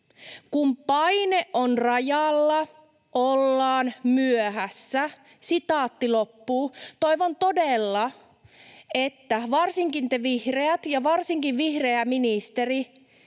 ”Kun paine on rajalla, ollaan myöhässä.” Toivon todella, että varsinkin te vihreät ja varsinkin vihreä ministeri